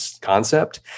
concept